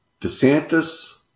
DeSantis